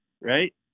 Right